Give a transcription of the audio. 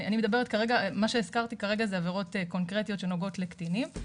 מה שהזכרתי כרגע זה עבירות קונקרטיות שנוגעות לקטינים.